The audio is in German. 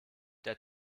der